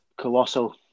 colossal